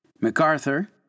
MacArthur